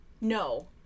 no